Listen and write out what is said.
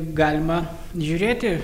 galima žiūrėti